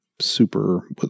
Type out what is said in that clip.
super